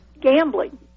gambling